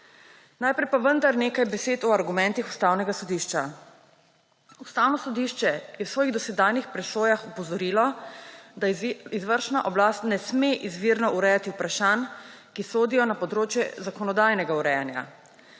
Najprej pa vendar nekaj besed o argumentih Ustavnega sodišča. Ustavno sodišče je v svojih dosedanjih presojah opozorilo, da izvršna oblast ne sme izvirno urejati vprašanj, ki sodijo na področje zakonodajnega urejanja.